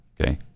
okay